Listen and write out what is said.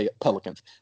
Pelicans